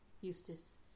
Eustace